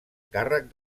càrrec